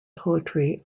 poetry